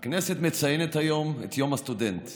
הכנסת מציינת היום את יום הסטודנט.